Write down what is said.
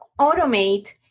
automate